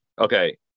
okay